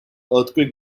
earthquake